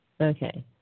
Okay